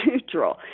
neutral